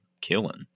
killing